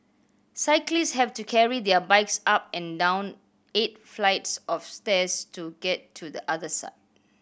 cyclist have to carry their bikes up and down eight flights of stairs to get to the other side